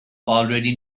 already